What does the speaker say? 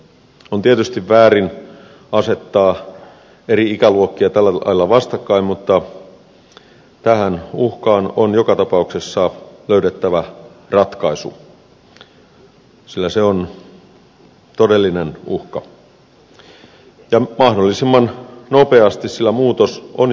on tietysti väärin asettaa eri ikäluokkia tällä lailla vastakkain mutta tähän uhkaan on joka tapauksessa löydettävä ratkaisu sillä se on todellinen uhka ja mahdollisimman nopeasti sillä muutos on jo käynnissä